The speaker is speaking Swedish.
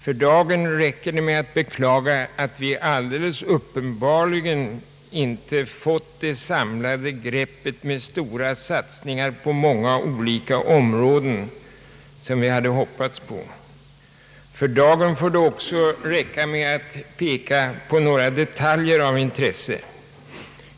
För dagen räcker det med att beklaga att vi uppenbarligen inte fått det samlade grepp med stora satsningar på många olika områden som vi hade hoppats på. Det får också räcka med att i dagens debatt peka på några detaljer av intresse.